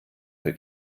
für